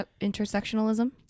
intersectionalism